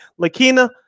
Lakina